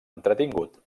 entretingut